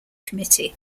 committee